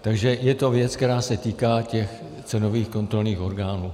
Takže je to věc, která se týká těch cenových kontrolních orgánů.